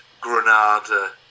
Granada